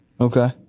okay